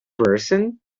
person